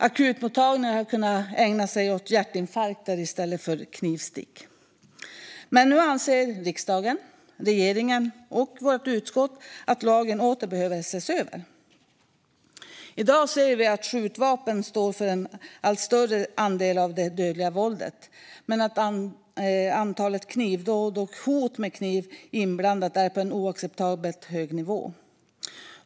Akutmottagningar har kunnat ägna sig åt hjärtinfarkter i stället för knivstick. Nu anser dock riksdagen, regeringen och justitieutskottet att lagen åter behöver ses över. I dag ser vi att skjutvapen står för en allt större andel av det dödliga våldet, men antalet knivdåd och hot med kniv inblandat är på oacceptabelt hög nivå.